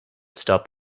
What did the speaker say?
stop